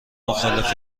مخالف